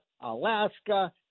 Alaska